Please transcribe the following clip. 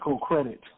credit